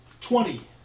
Twenty